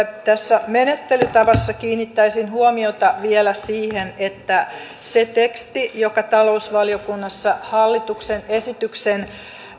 tässä menettelytavassa kiinnittäisin huomiota vielä siihen että siinä tekstissä joka talousvaliokunnassa hallituksen esityksen